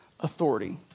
Authority